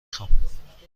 خوام